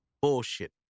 Bullshit